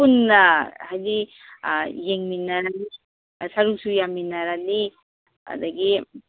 ꯄꯨꯟꯅ ꯍꯥꯏꯗꯤ ꯌꯦꯡꯃꯤꯟꯅꯔꯤ ꯁꯔꯨꯛꯁꯨ ꯌꯥꯃꯤꯟꯅꯔꯅꯤ ꯑꯗꯒꯤ